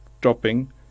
dropping